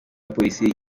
polisi